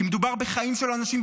כי מדובר בחיים של האנשים,